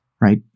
right